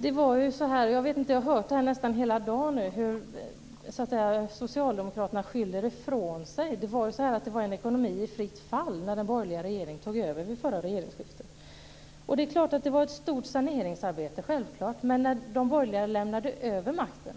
Fru talman! Jag har nu nästan hela dagen hört hur socialdemokraterna skyller ifrån sig. Så här var det: Det var en ekonomi i fritt fall när den borgerliga regeringen tog över vid det förra regeringsskiftet. Det är klart att det var ett stort saneringsarbete - självklart. Men när de borgerliga lämnade över makten